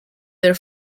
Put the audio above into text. their